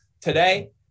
today